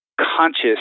conscious